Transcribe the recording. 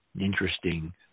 interesting